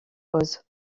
pause